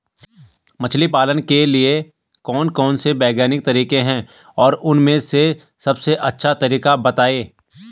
मछली पालन के लिए कौन कौन से वैज्ञानिक तरीके हैं और उन में से सबसे अच्छा तरीका बतायें?